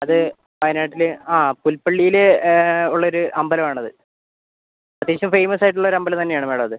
അത് വായനാട്ടിൽ ആ പുൽപ്പള്ളിയിൽ ഉള്ളൊരു അമ്പലം ആണത് അത്യാവശ്യം ഫേമസ് ആയിട്ടുള്ള ഒരു അമ്പലം തന്നെയാണ് മേഡം അത്